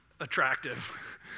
attractive